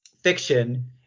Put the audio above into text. fiction